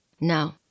No